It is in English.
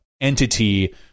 entity